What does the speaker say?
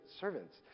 servants